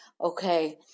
okay